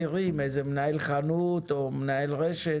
הרי אם מצאו מישהו שתיאם מחירים מנהל חנות או מנהל רשת